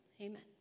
Amen